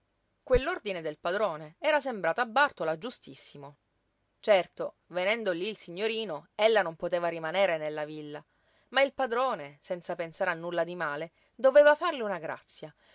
quell'ordine del padrone era sembrato a bàrtola giustissimo certo venendo lí il signorino ella non poteva rimanere nella villa ma il padrone senza pensare a nulla di male doveva farle una grazia